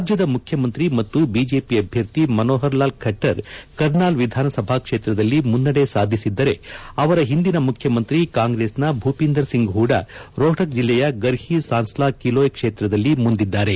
ರಾಜ್ಯದ ಮುಖ್ಯಮಂತ್ರಿ ಮತ್ತು ಬಿಜೆಪಿ ಅಭ್ಯರ್ಥಿ ಮನೋಹರ್ ಲಾಲ್ ಖಟ್ವರ್ ಕರ್ನಾಲ್ ವಿಧಾನಸಭಾ ಕ್ಷೇತ್ರದಲ್ಲಿ ಮುನ್ನಡೆ ಸಾಧಿಸಿದ್ದರೆ ಅವರ ಹಿಂದಿನ ಮುಖ್ಯಮಂತ್ರಿ ಕಾಂಗ್ರೆಸ್ನ ಭೂಪೀಂದರ್ ಸಿಂಗ್ ಹೂಡ ರೋಹ್ವಕ್ ಜಿಲ್ಲೆಯ ಫರ್ಹಿ ಸಾಂಸ್ಲಾ ಕಿಲೋಮ್ ಕ್ಷೇತ್ರದಲ್ಲಿ ಮುಂದಿದ್ದಾರೆ